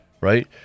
right